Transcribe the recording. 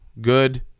good